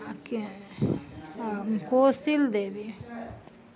आब की होइ छै हँ कोसिल देवी